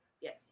Yes